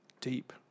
deep